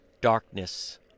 darkness